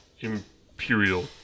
imperial